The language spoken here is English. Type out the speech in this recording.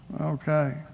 Okay